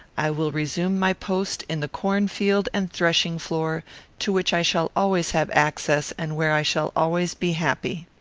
i will resume my post in the cornfield and threshing-floor, to which i shall always have access, and where i shall always be happy.